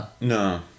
No